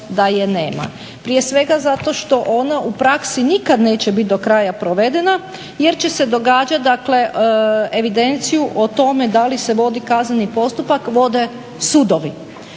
da je nema. Prije svega zato što ona u praksi nikad neće biti do kraja provedena jer će se događati dakle evidenciju o tome da li se vodi kazneni postupak vode sudovi.